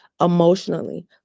emotionally